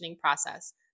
process